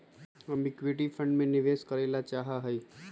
हम equity fund में निवेश करे ला चाहा हीयी